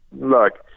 Look